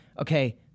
okay